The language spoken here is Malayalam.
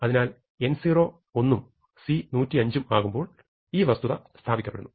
അതിനാൽ n0 1 c 105 ആകുമ്പോൾ ഈ വസ്തുത സ്ഥാപിക്കപ്പെടുന്നു